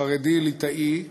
חרדי ליטאי,